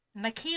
Makila